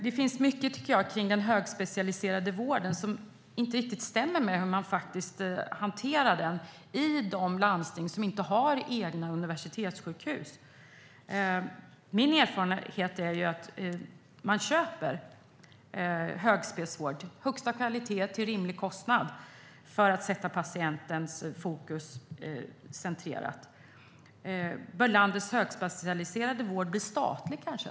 Det finns mycket när det gäller den högspecialiserade vården som jag tycker inte riktigt stämmer med hur den faktiskt hanteras i de landsting som inte har egna universitetssjukhus. Min erfarenhet är att man köper högspecvård - högsta kvalitet till rimlig kostnad - för att sätta patienten i fokus. Bör landets högspecialiserade vård bli statlig, kanske?